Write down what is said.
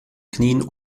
knien